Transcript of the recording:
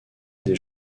des